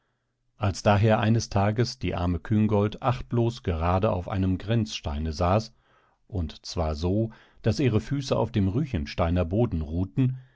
als daher eines tages die arme küngolt achtlos gerade auf einem grenzsteine saß und zwar so daß ihre füße auf dem ruechensteiner boden ruhten